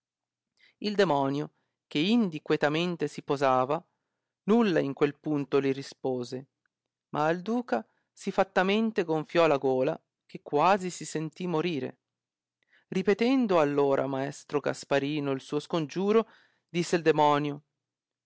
il demonio che indi quetamente si posava nulla in quel punto li rispose ma al duca si fattamente gonfiò la gola che quasi si sentì morire ripetendo all ora mastro gasparino il suo scongiuro disse il demonio